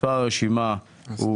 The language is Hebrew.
מס' הרשימה הוא